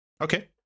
okay